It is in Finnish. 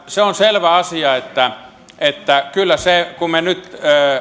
se on selvä asia että että kyllä se pienenee kun me nyt